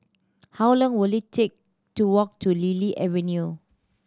how long will it take to walk to Lily Avenue